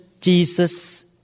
Jesus